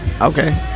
Okay